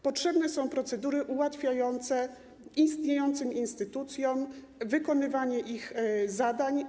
Potrzebne są procedury ułatwiające istniejącym instytucjom wykonywanie ich zadań.